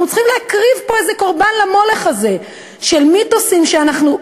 אנחנו צריכים להקריב פה איזה קורבן למולך הזה של מיתוסים שאנחנו,